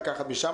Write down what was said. לקחת משם?